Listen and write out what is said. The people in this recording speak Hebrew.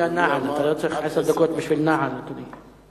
כולה נעל, אתה לא צריך עשר דקות בשביל נעל, אדוני.